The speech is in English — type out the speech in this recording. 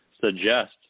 suggest